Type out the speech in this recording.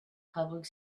public